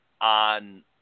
on